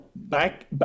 back